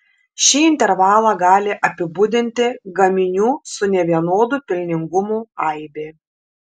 šį intervalą gali apibūdinti gaminių su nevienodu pelningumu aibė